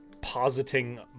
positing